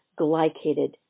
glycated